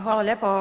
Hvala lijepo.